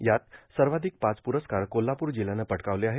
यात सर्वाधिक पाच प्रस्कार कोल्हापूर जिल्ह्यानं पटकावले आहेत